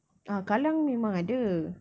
ah kallang memang ada